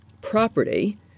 Property